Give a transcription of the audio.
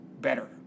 Better